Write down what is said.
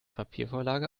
papiervorlage